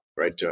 Right